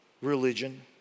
religion